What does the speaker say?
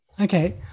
Okay